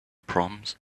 proms